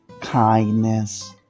kindness